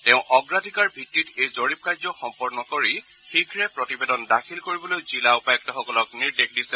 তেওঁ অগ্ৰাধিকাৰ ভিত্তিত এই জৰীপ কাৰ্য সম্পন্ন কৰি শীঘে প্ৰতিবেদন দাখিল কৰিবলৈ জিলা উপায়ুক্তসকলক নিৰ্দেশ দিছে